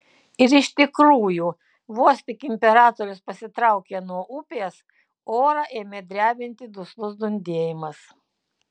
ir iš tikrųjų vos tik imperatorius pasitraukė nuo upės orą ėmė drebinti duslus dundėjimas